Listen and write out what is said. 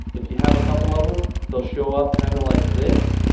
if you have a couple of em, they'll show up kinda like this.